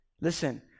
Listen